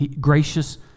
gracious